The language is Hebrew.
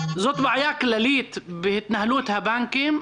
זאת בעיה כללית בהתנהלות הבנקים,